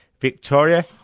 Victoria